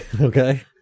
okay